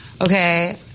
okay